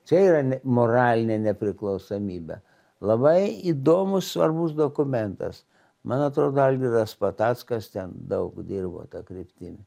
čia yra ne moralinė nepriklausomybė labai įdomus svarbus dokumentas man atrodo algirdas patackas ten daug dirbo ta kryptimi